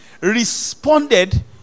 responded